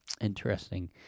Interesting